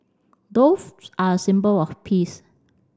doves are a symbol of peace